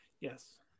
Yes